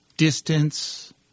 Distance